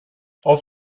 auf